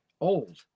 old